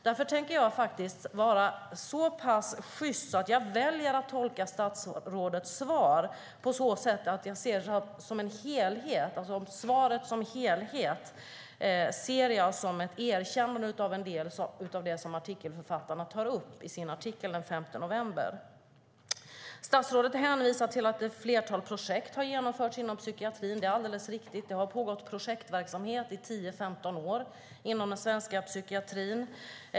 Därför tänker jag faktiskt vara så pass sjyst att jag väljer att tolka statsrådets svar på så sätt att jag ser svaret som helhet som ett erkännande av en del av det artikelförfattarna tar upp i sin artikel den 5 november. Statsrådet hänvisar till att ett flertal projekt har genomförts inom psykiatrin. Det är alldeles riktigt. Det har pågått projektverksamhet i 10-15 år inom den svenska psykiatrin.